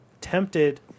tempted